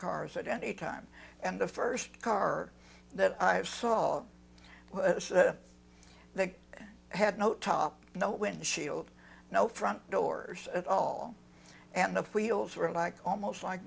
cars at any time and the first car that i have saw they had no top no wind shield no front doors at all and the wheels were like almost like